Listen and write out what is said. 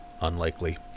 Unlikely